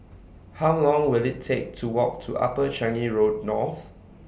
How Long Will IT Take to Walk to Upper Changi Road North